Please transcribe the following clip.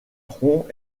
tronc